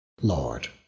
Lord